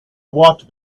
walked